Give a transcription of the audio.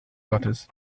gottes